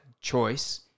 choice